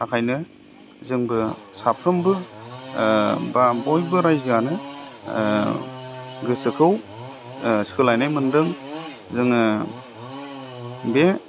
थाखायनो जोंबो साफ्रोमबो बा बयबो रायजोआनो गोसोखौ सोलायनाय मोनदों जोङो बे